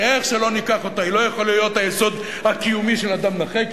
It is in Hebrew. שאיך שלא ניקח אותה היא לא יכולה להיות היסוד הקיומי של אדם נכה,